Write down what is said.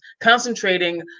concentrating